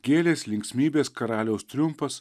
gėlės linksmybės karaliaus triumfas